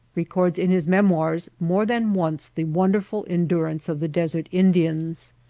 records in his memoirs more than once the wonderful endurance of the desert indians.